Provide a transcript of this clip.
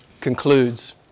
concludes